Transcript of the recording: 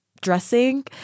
dressing